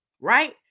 right